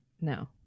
No